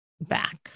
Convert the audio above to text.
back